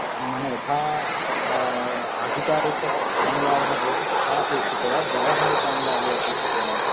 नाम यथा आधिकारिक अनुवादः भवति तथा अपेक्षते वा व्यावहारिक अनुवादो अपेक्षे वा